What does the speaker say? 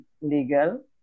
legal